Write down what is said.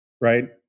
right